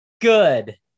good